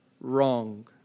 wrong